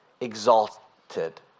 exalted